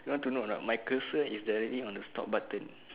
you want to know or not my cursor is directly on the stop button